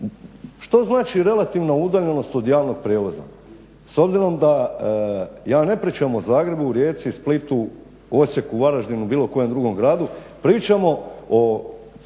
što znači relativna udaljenost od javnog prijevoza? S obzirom da ja ne pričam o Zagrebu, Rijeci, Splitu, Osijeku, Varaždinu, bilo kojem drugom gradu. Pričamo o